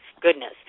goodness